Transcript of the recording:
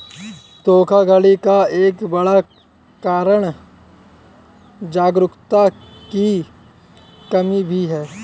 धोखाधड़ी का एक बड़ा कारण जागरूकता की कमी भी है